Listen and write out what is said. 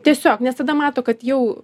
tiesiog nes tada mato kad jau